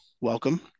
welcome